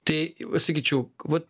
tai sakyčiau va